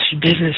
business